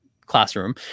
classroom